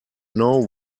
know